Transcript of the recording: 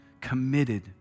committed